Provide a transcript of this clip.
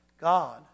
God